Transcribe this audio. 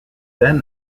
than